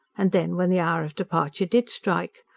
and then, when the hour of departure did strike,